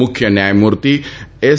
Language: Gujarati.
મુખ્ય ન્યાયમૂર્તિ એસ